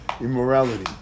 immorality